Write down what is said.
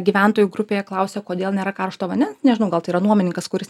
gyventojų grupėje klausia kodėl nėra karšto vandens nežinau gal tai yra nuomininkas kuris